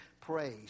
praise